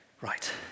Right